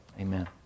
Amen